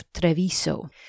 Treviso